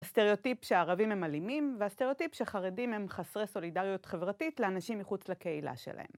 הסטריאוטיפ שהערבים הם אלימים, והסטריאוטיפ שחרדים הם חסרי סולידריות חברתית לאנשים מחוץ לקהילה שלהם.